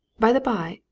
by the by,